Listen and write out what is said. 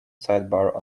sidebar